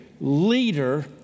leader